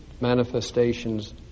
manifestations